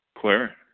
claire